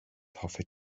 hoffet